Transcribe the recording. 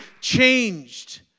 changed